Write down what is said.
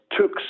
took